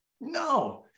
No